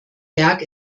berg